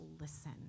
listen